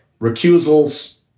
recusals